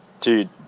Dude